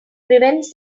prevents